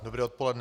Dobré odpoledne.